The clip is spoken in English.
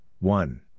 one